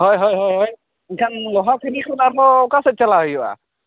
ᱦᱳᱭ ᱦᱳᱭ ᱦᱳᱭ ᱮᱱᱠᱷᱟᱱ ᱞᱚᱦᱟᱠᱟᱱᱤ ᱠᱷᱚᱱ ᱟᱨᱦᱚᱸ ᱚᱠᱟᱥᱮᱫ ᱪᱟᱞᱟᱜ ᱦᱩᱭᱩᱜᱼᱟ